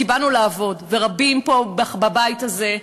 כי באנו לעבוד, ורבים פה בבית הזה,